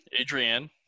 Adrienne